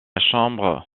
chambre